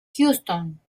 houston